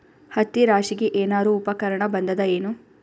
ಹತ್ತಿ ರಾಶಿಗಿ ಏನಾರು ಉಪಕರಣ ಬಂದದ ಏನು?